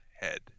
head